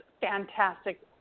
fantastic